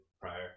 Prior